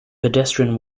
pedestrian